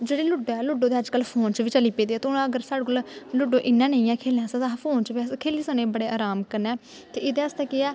जेह्ड़ी लूडो ऐ लूडो ते अजकल्ल फोन च बी चली पेदी ऐ ते हून अगर साढ़े कोल लूडो इ'यां नेईं है खेलने आस्तै ते अस फोन च बी अस खेली सकने अस बड़े अराम कन्नै ते एह्दै आस्तै केह् ऐ